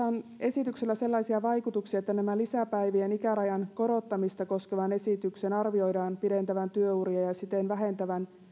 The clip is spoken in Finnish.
on sellaisia vaikutuksia että nämä lisäpäivien ikärajan korottamista koskevan esityksen arvioidaan pidentävän työuria ja siten vähentävän